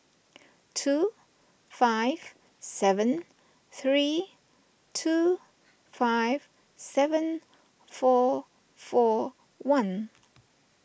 two five seven three two five seven four four one